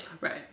Right